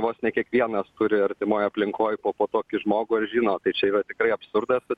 vos ne kiekvienas kuri artimoj aplinkoj po tokį žmogų ar žino tai čia yra tikrai absurdas